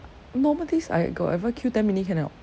normal days I got ever queue ten minute can liao